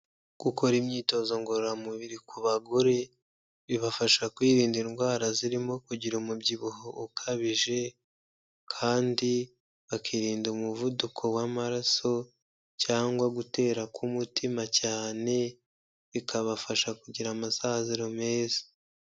Gukora imyitozo ngororamubiri ku bagore, bibafasha kwirinda indwara zirimo kugira umubyibuho ukabije kandi bakirinda umuvuduko w'amaraso cyangwa gutera k'umutima cyane, bikabafasha kugira amasaziro meza.